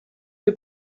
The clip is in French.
que